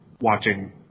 watching